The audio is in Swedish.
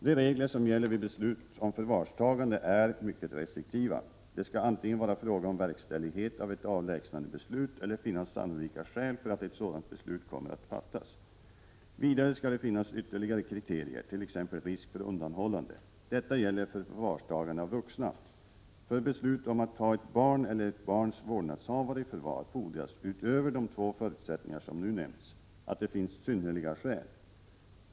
De regler som gäller vid beslut om förvarstagande är mycket restriktiva. Det skall antingen vara fråga om verkställighet av ett avlägsnandebeslut eller finnas sannolika skäl för att ett sådant beslut kommer att fattas. Vidare skall det finnas ytterligare kriterier, t.ex. risk för undanhållande. Detta gäller för förvarstagande av vuxna. För beslut om att ta ett barn eller ett barns vårdnadshavare i förvar fordras — utöver de två förutsättningar som nu nämnts — att det finns synnerliga skäl.